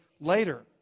later